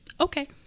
okay